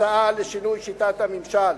הצעה לשינוי שיטת הממשל.